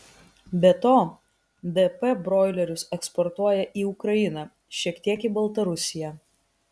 be to dp broilerius eksportuoja į ukrainą šiek tiek į baltarusiją